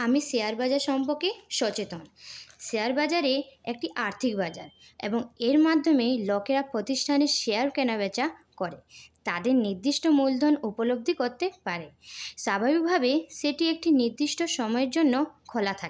আমি শেয়ার বাজার সম্পর্কে সচেতন শেয়ার বাজারে একটি আর্থিক বাজার এবং এর মাধ্যমে লোকেরা প্রতিষ্ঠানের শেয়ার কেনাবেচা করে তাদের নির্দিষ্ট মূলধন উপলব্ধি করতে পারে স্বাভাবিকভাবে সেটি একটি নির্দিষ্ট সময়ের জন্য খোলা থাকে